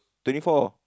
twenty four